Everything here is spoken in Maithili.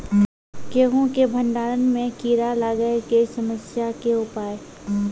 गेहूँ के भंडारण मे कीड़ा लागय के समस्या के उपाय?